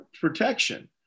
protection